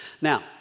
Now